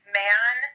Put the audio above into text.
man